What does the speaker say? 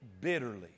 bitterly